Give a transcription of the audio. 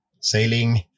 sailing